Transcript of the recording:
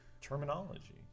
terminology